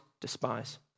despise